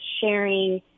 sharing